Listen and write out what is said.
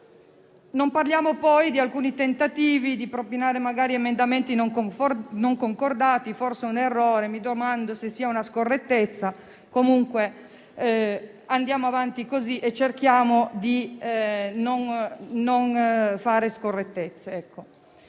Non parliamo, poi, di alcuni tentativi di propinare emendamenti non concordati; forse è un errore, ma mi domando se non sia una scorrettezza. Comunque andiamo avanti così e cerchiamo di non fare scorrettezze.